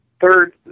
third